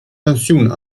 pensioen